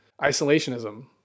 isolationism